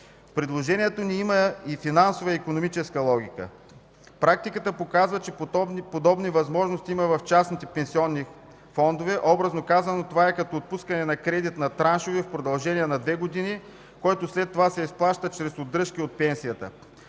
Предложението ни има и финансова, и икономическа логика. Практиката показва, че подобни възможности има в частните пенсионни фондове. Образно казано, това е като отпускане на кредит на траншове в продължение на две години, който след това се изплаща чрез удръжки от пенсията.